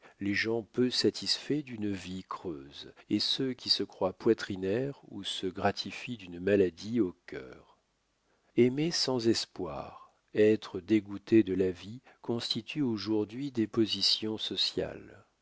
les gens peu satisfaits d'une vie creuse et ceux qui se croient poitrinaires ou se gratifient d'une maladie au cœur aimer sans espoir être dégoûté de la vie constituent aujourd'hui des positions sociales